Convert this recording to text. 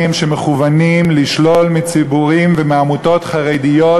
שמכוונים לשלול מציבורים ומעמותות חרדיות,